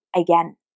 again